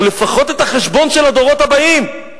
או לפחות את החשבון של הדורות הבאים.